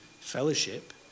fellowship